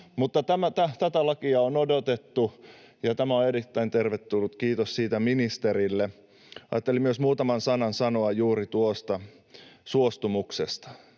Mutta tätä lakia on odotettu, ja tämä on erittäin tervetullut. Kiitos siitä ministerille. Ajattelin myös muutaman sanan sanoa juuri suostumuksesta